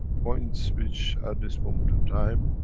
points which, at this moment of time,